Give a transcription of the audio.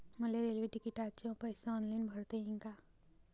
मले रेल्वे तिकिटाचे पैसे ऑनलाईन भरता येईन का?